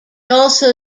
also